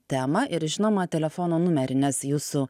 temą ir žinoma telefono numerį nes jūsų